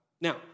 Now